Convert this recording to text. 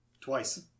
Twice